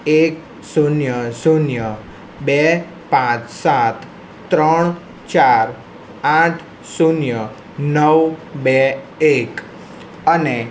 એક શૂન્ય શૂન્ય બે પાંચ સાત ત્રણ ચાર આઠ શૂન્ય નવ બે એક અને